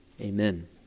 Amen